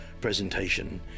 presentation